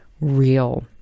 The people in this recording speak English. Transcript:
real